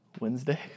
Wednesday